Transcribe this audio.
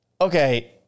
Okay